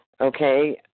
okay